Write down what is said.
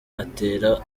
atera